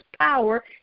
power